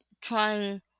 trying